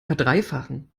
verdreifachen